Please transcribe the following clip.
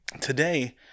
Today